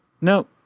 No